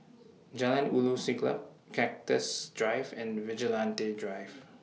Jalan Ulu Siglap Cactus Drive and Vigilante Drive